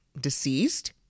deceased